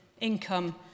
income